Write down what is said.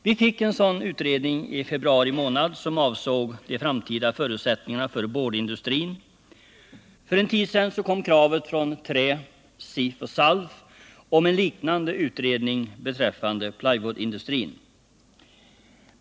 Vi fick en sådan utredning i februari månad, som avsåg de framtida förutsättningarna för boardindustrin. För ett år sedan kom krav från Trä, SIF och SALF om en liknande utredning beträffande plywoodindustrin.